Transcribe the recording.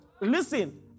Listen